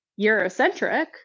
Eurocentric